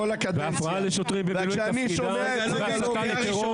אפרת, את לא בזכות דיבור.